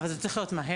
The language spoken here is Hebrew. אבל זה צריך להיות מהר,